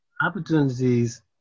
opportunities